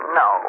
no